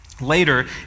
Later